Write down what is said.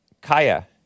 Kaya